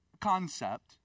concept